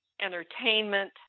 entertainment